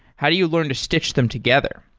how do you learn to stich them together?